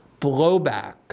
blowback